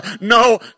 No